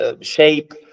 shape